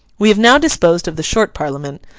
we have now disposed of the short parliament.